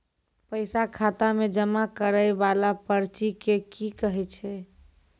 पैसा खाता मे जमा करैय वाला पर्ची के की कहेय छै?